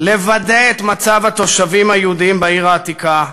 לוודא את מצב התושבים היהודים בעיר העתיקה,